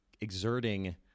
exerting